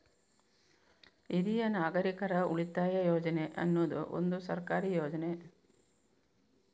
ಹಿರಿಯ ನಾಗರಿಕರ ಉಳಿತಾಯ ಯೋಜನೆ ಅನ್ನುದು ಒಂದು ಸರ್ಕಾರಿ ಯೋಜನೆ